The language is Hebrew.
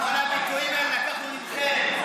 את כל הביטויים האלה לקחנו מכם.